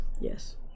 Yes